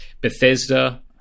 Bethesda